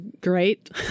great